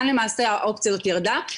האופציה הזאת ירדה.